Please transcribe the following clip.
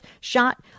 shot